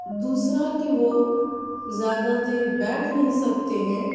دوسرا کہ وہ زیادہ دیر بیٹھ نہیں سکتے ہیں